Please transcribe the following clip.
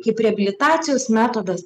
kaip reabilitacijos metodas